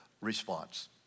response